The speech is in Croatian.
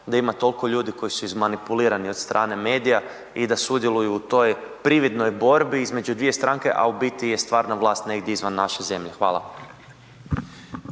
da ima toliko ljudi koji su izmanipulirani od strane medija i da sudjeluju u toj prividnoj borbi između dvije stranke, a u biti je stvarna vlast negdje izvan naše zemlje. Hvala.